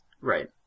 Right